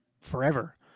forever